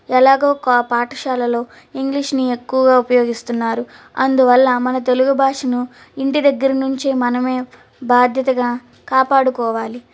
ఎలాగో కా పాఠశాలలో ఇంగ్లీష్ని ఎక్కువగా ఉపయోగిస్తున్నారు అందువల్ల మన తెలుగు భాషను ఇంటి దగ్గర నుంచె మనమే బాధ్యతగా కాపాడుకోవాలి